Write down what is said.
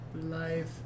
life